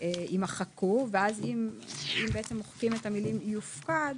אם מוחקים את המילה "יופקד"